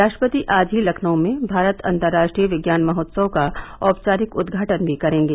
राश्ट्रपति आज ही लखनऊ में भारत अन्तर्राश्ट्रीय विज्ञान महोत्सव का औपचारिक उद्घाटन भी करेंगे